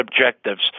objectives